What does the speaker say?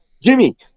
Jimmy